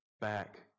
back